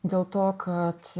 dėl to kad